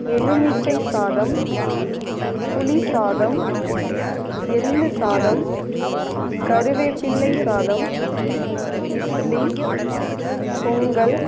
எலுமிச்சை சாதம் புளி சாதம் எள் சாதம் கருவேப்பில்லை சாதம் இட்லி பொங்கல்